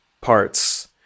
parts